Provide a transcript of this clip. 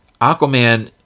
Aquaman